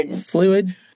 fluid